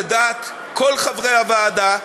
לדעת כל חברי הוועדה,